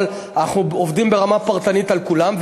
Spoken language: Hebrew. אבל אנחנו עובדים ברמה פרטנית על כולם,